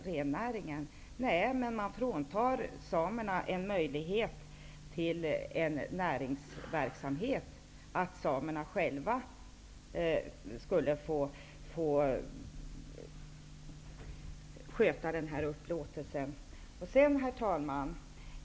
Nej, men samerna fråntas en möjlighet till näringsverksamhet, nämligen möjligheten att själva få sköta den här upplåtelsen. Herr talman!